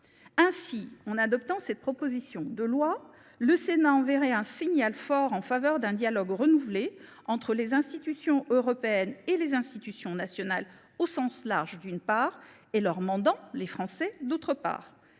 Ainsi, en adoptant cette proposition de loi, le Sénat enverrait un signal fort en faveur d’un dialogue renouvelé entre les institutions européennes et les institutions nationales au sens large, d’une part, et leurs mandants – les Français –, d’autre part.